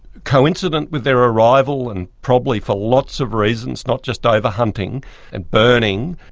coincident with their arrival and probably for lots of reasons, not just over-hunting and burning,